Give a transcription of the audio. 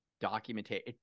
documentation